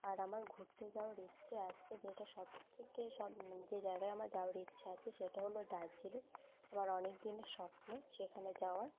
আর আমার ঘুরতে যাওয়ার ইচ্ছে আছে যেটা সবথেকে সব মানে যে জায়গায় আমার যাওয়ার ইচ্ছে আছে সেটা হলো দার্জিলিং আমার অনেক দিনের স্বপ্ন সেখানে যাওয়ার